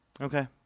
Okay